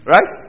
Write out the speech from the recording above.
Right